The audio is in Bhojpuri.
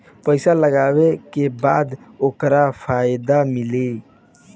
पइसा लगावे के बाद ओकर फायदा मिली